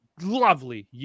lovely